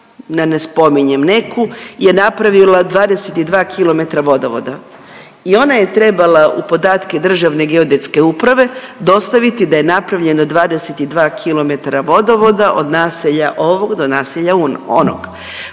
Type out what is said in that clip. da ne spominjem neku, je napravila 22 km vodovoda i ona je trebala u podatke Državne geodetske uprave dostaviti da je napravljeno 22 km vodovoda od naselja ovog do naselja onog.